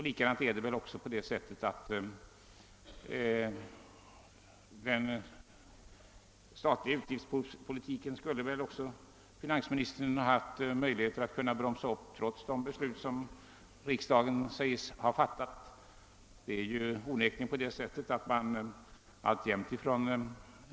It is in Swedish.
Likaså skulle väl finansministern, trots de beslut som riksdagen säges ha fattat, ha kunnat bromsa de statliga utgifterna.